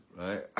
right